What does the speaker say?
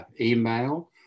email